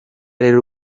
rero